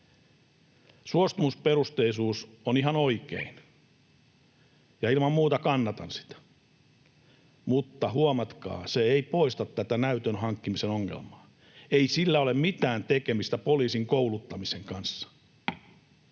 Suostumusperusteisuus on ihan oikein, ja ilman muuta kannatan sitä. Mutta huomatkaa: se ei poista tätä näytön hankkimisen ongelmaa. Ei sillä ole mitään tekemistä poliisin kouluttamisen kanssa.